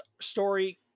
story